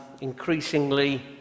increasingly